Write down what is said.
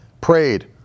Prayed